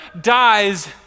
dies